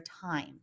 time